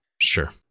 Sure